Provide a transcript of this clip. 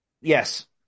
Yes